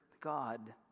God